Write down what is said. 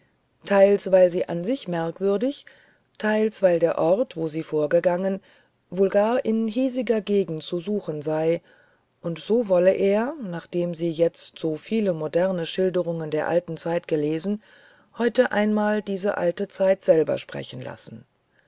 teils weil sie an sich merkwürdig teils weil der ort wo sie vorgegangen wohl gar in hiesiger gegend zu suchen sei und so wolle er nachdem sie jetzt so viele moderne schilderungen der alten zeit gelesen heut einmal diese alte zeit selber sprechen lassen